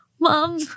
Mom